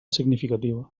significativa